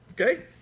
Okay